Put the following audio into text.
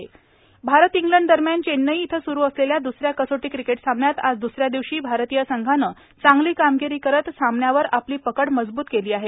कसोटी cricket Bharat England दरम्यान चेन्नई इथं सुरू असलेल्या द्सऱ्या कसोटी क्रिकेट सामन्यात आज द्सऱ्या दिवशी भारतीय संघाने चांगली कामगिरी करत सामन्यावर आपली पकड मजबूत केली आहे